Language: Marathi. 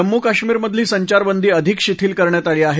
जम्मू काश्मीर मधील संचारबंदी अधिक शिथिल करण्यात आली आहे